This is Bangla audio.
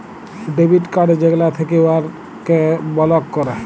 ডেবিট কাড় যেগলা থ্যাকে উয়াকে বলক ক্যরে